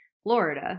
Florida